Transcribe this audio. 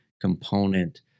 component